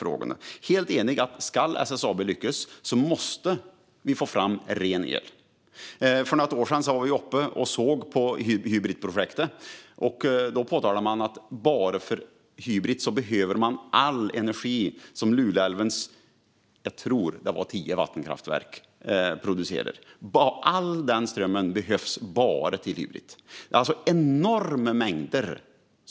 Jag är helt enig med henne om att vi måste få fram ren el om SSAB ska lyckas. För något år sedan var vi uppe och tittade på Hybritprojektet. Då påtalades att bara för Hybrit behöver man all energi som Luleälvens tio vattenkraftverk producerar. All denna ström behövs bara till Hybrit. Man behöver enorma mängder.